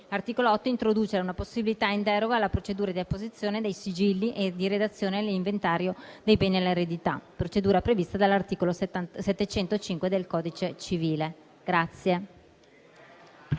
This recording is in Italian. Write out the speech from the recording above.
L'articolo 8 introduce una possibilità di deroga alla procedura di apposizione dei sigilli e di redazione dell'inventario dei beni dell'eredità, procedura prevista dall'articolo 705 del codice civile.